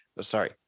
Sorry